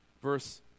Verse